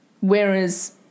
whereas